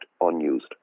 unused